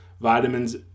vitamins